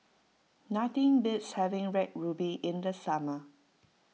nothing beats having Red Ruby in the summer